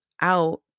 out